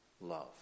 love